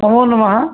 नमो नमः